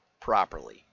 properly